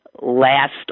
last